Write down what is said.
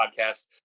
podcast